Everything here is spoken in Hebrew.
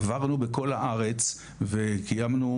עברנו בכל הארץ וקיימנו,